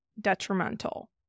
detrimental